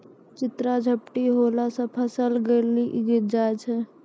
चित्रा झपटी होला से फसल गली जाय छै?